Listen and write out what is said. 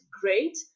great